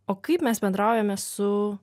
o kaip mes bendraujame su